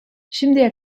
şimdiye